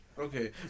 Okay